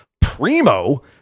Primo